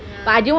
ya